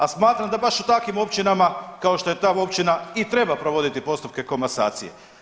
A smatram da baš u takvim općinama kao što je ta općina i treba provoditi postupke komasacije.